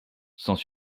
sans